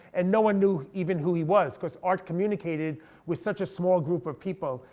and no one knew even who he was, because art communicated with such a small group of people.